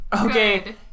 Okay